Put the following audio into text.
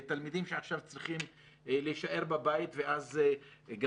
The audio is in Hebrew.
התלמידים שעכשיו צריכים להישאר בבית ואז גם